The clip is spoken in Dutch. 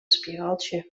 spiraaltje